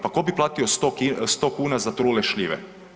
Pa ko bi platio 100 kuna za trule šljive?